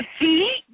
See